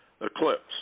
eclipse